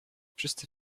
wszyscy